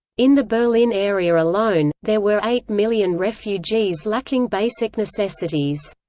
in the berlin area alone, there were eight million refugees lacking basic necessities.